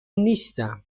نیستم